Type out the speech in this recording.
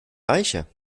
reicher